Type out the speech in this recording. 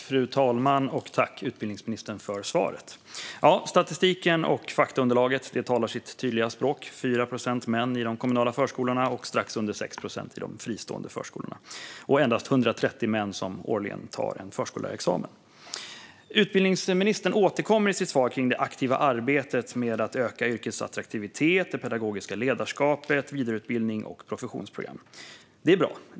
Fru talman! Tack, utbildningsministern, för svaret! Statistiken och faktaunderlaget talar sitt tydliga språk. Det är 4 procent män i de kommunala förskolorna och strax under 6 procent i de fristående förskolorna, och endast 130 män tar årligen förskollärarexamen. Utbildningsministern återkommer i sitt svar till det aktiva arbetet kring att öka yrkets attraktivitet, det pedagogiska ledarskapet, vidareutbildning och professionsprogram. Det är bra.